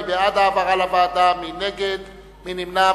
מי בעד העברה לוועדה, מי נגד, מי נמנע.